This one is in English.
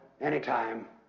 anytime